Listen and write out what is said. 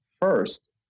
first